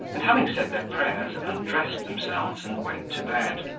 and, having said their prayers, undressed themselves, and went to bed.